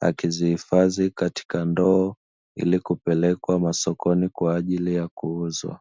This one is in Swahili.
Akizihifadhi katika ndoo, ili kupelekwa masokoni kwa ajili ya kuuzwa.